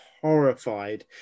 horrified